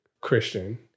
Christian